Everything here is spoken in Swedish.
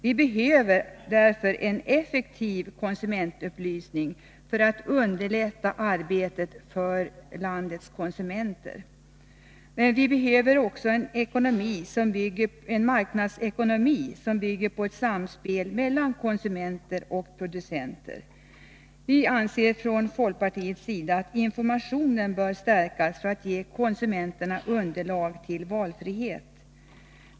Vi behöver därför en effektiv konsumentupplysning för att underlätta arbetet för landets konsumenter. Men vi behöver också en marknadsekonomi som bygger på ett samspel mellan konsumenter och producenter. Vi anser från folkpartiets sida att informationen bör stärkas för att ge konsumenterna underlag till valfrihet.